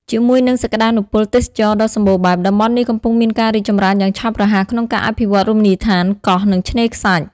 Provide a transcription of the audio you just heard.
ជាមួយនឹងសក្តានុពលទេសចរណ៍ដ៏សម្បូរបែប តំបន់នេះកំពុងមានការរីកចម្រើនយ៉ាងឆាប់រហ័សក្នុងការអភិវឌ្ឍរមណីយដ្ឋានកោះ និងឆ្នេរខ្សាច់។